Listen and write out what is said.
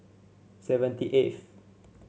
seventy eighth